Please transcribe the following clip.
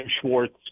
Schwartz